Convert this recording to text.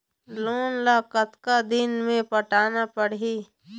Loan ला कतका दिन मे पटाना पड़ही?